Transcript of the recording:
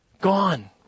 gone